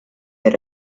that